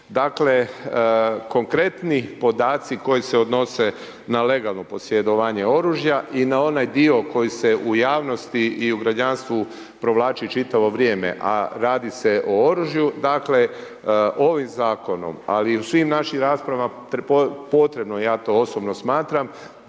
Dakle, konkretni podaci koji se odnose na legalno posjedovanje oružja i na onaj dio koji se u javnosti i u građanstvu provlači čitavo vrijeme a radi se o oružju. Dakle ovim zakonom ali i u svim našim raspravama potrebno je, ja to osobno smatram